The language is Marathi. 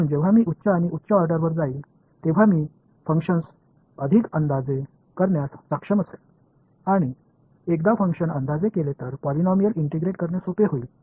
म्हणून जेव्हा मी उच्च आणि उच्च ऑर्डरवर जाईल तेव्हा मी फंक्शन अधिक अंदाजे करण्यास सक्षम असेल आणि एकदा फंक्शन अंदाजे केले तर पॉलिनोमिल इंटिग्रेट करणे सोपे होईल